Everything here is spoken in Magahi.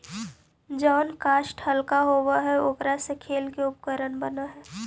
जउन काष्ठ हल्का होव हई, ओकरा से खेल के उपकरण बनऽ हई